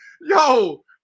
Yo